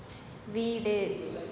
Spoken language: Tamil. வீடு